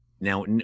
now